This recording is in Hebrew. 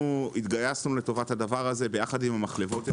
התגייסנו לטובת הדבר הזה יחד עם המחלבות.